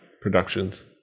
Productions